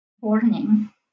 warning